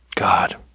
God